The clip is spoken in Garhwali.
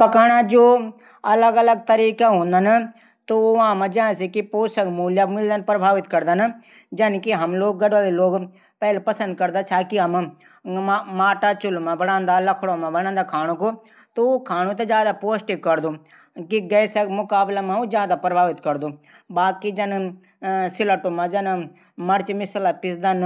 पकाणा जू अलग अलग तरीका हूदन तू वां मा जू पोषक तत्व मूल्य प्रभावित करदन। जनकि हम गढवाली लोग पैली माटा चुलू मा बणादा छाई त ऊ खाणू थै ज्यादा पौष्टिक करदू। कि गैस मुकाबला मा ज्यादा प्रभावित करदू। बाकी जन सिलटू मा जन मर्च मसला पिसदन